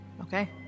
Okay